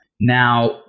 Now